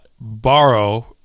borrow